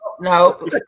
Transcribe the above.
no